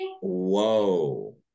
Whoa